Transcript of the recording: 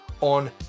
on